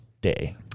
day